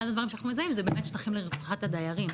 אחד הדברים שאנחנו מזהים זה באמת שטחים לרווחת הדיירים.